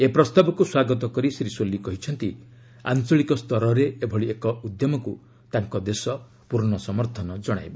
ଏ ପ୍ରସ୍ତାବକୁ ସ୍ୱାଗତ କରି ଶ୍ରୀ ସୋଲି କହିଛନ୍ତି ଆଞ୍ଚଳିକ ସ୍ତରରେ ଏଭଳି ଏକ ଉଦ୍ୟମକ୍ତ ତାଙ୍କ ଦେଶ ପୂର୍ଣ୍ଣ ସମର୍ଥନ ଯୋଗାଇବ